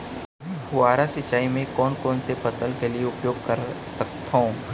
फवारा वाला सिंचाई मैं कोन कोन से फसल के लिए उपयोग कर सकथो?